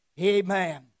Amen